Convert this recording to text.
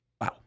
Wow